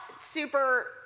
super